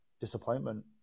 disappointment